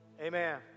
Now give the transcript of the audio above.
amen